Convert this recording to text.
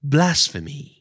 Blasphemy